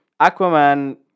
Aquaman